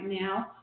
now